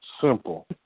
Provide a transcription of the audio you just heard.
simple